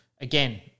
again